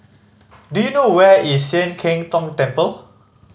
do you know where is Sian Keng Tong Temple